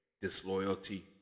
disloyalty